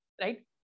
right